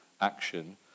action